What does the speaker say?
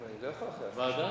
אני לא יכול, ועדה?